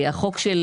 החוק של